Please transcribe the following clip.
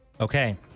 Okay